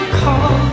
call